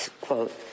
quote